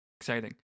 Exciting